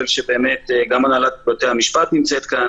גם הנהלת בתי המשפט נמצאת בדיון